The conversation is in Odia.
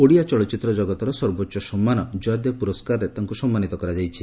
ଓଡ଼ିଆ ଚଳଚିତ୍ର ଜଗତର ସର୍ବୋଚ ସମ୍ମାନ ଜୟଦେବ ପୁରସ୍କାରରେ ତାଙ୍କୁ ସମ୍ମାନୀତ କରାଯାଇଛି